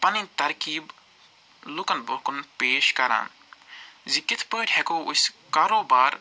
پنٕنۍ ترکیب لُکن برٛونٛہہ کُن پیش کَران زِ کِتھ پٲٹھۍ ہٮ۪کو أسۍ کاروبار